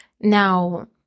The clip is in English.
now